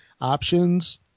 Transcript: options